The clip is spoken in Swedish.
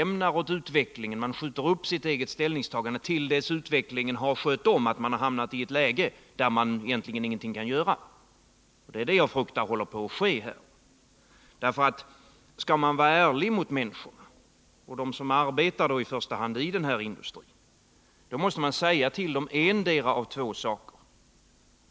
Man skjuter upp sitt eget ställningstagande till dess utvecklingen har skött om att man har hamnat i ett läge, där man egentligen ingenting kan göra. Detta fruktar jag håller på att ske här. Skall man vara ärlig mot människorna, i första hand mot dem som arbetar i denna industri, måste man säga till dem endera av två saker.